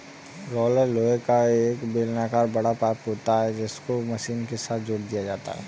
roller लोहे का बना एक बेलनाकर बड़ा पाइप होता है जिसको मशीन के साथ जोड़ दिया जाता है